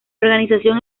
organización